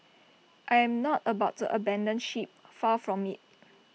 I am not about to abandon ship far from IT